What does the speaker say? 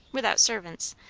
without servants,